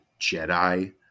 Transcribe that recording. Jedi